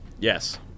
Yes